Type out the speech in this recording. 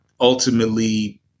ultimately